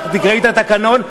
תקראי את התקנון,